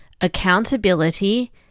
Accountability